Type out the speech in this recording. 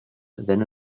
than